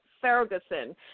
Ferguson